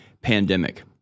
pandemic